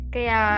Kaya